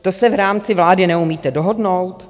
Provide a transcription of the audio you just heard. To se v rámci vlády neumíte dohodnout?